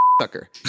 sucker